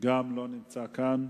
גם לא נמצא כאן.